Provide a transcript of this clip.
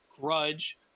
Grudge